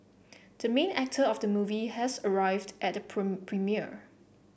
the main actor of the movie has arrived at the premiere